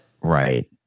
right